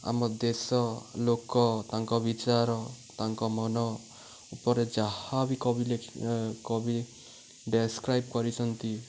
ଆମ ଦେଶ ଲୋକ ତାଙ୍କ ବିଚାର ତାଙ୍କ ମନ ଉପରେ ଯାହା ବି କବି ଲେଖି କବି ଡେସ୍କ୍ରାଇବ୍ କରିଛନ୍ତି